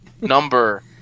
number